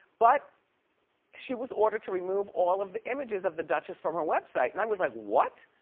but she was ordered to remove all of the images of the duchess from her website. and i was like what?